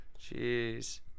Jeez